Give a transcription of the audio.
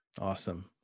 Awesome